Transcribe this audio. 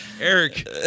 Eric